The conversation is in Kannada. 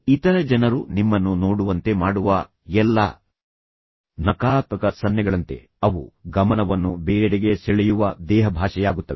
ಇತರ ಜನರು ನಿಮ್ಮನ್ನು ನೋಡುವಂತೆ ಮಾಡುವ ಎಲ್ಲಾ ನಕಾರಾತ್ಮಕ ಸನ್ನೆಗಳಂತೆ ಅವು ಗಮನವನ್ನು ಬೇರೆಡೆಗೆ ಸೆಳೆಯುವ ದೇಹಭಾಷೆಯಾಗುತ್ತವೆ